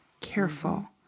careful